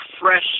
fresh